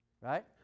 Right